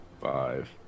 Five